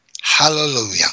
hallelujah